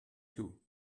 two